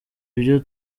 ibyo